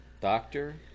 Doctor